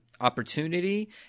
opportunity